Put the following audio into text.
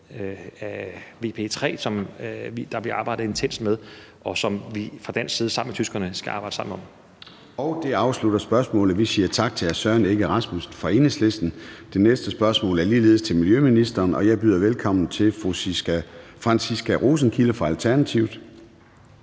af VMP III, som der bliver arbejdet intenst med, og som vi fra dansk side skal arbejde sammen med tyskerne om. Kl. 13:43 Formanden (Søren Gade): Det afslutter spørgsmålet. Vi siger tak til hr. Søren Egge Rasmussen fra Enhedslisten. Det næste spørgsmål er ligeledes til miljøministeren, og jeg byder velkommen til spørger fru Franciska Rosenkilde fra Alternativet.